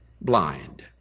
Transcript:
blind